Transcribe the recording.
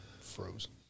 Frozen